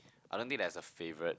I don't think there's a favourite